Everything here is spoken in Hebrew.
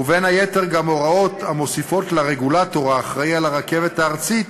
ובין היתר גם הוראות המוסיפות לרגולטור האחראי לרכבת הארצית